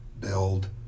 build